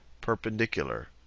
perpendicular